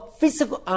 physical